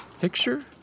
picture